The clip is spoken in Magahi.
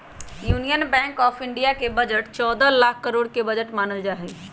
यूनियन बैंक आफ इन्डिया के बजट चौदह लाख करोड के बजट मानल जाहई